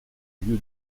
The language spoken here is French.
lieu